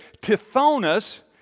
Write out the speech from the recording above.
Tithonus